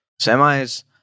semis